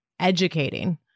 educating